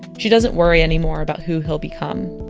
she doesn't worry anymore about who he'll become.